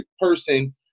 person